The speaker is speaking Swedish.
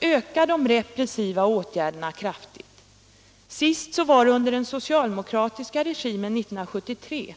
ökar de repressiva åtgärderna kraftigt. Sist var det under den socialdemokratiska regimen 1973.